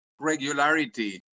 regularity